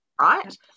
right